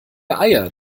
eier